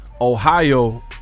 Ohio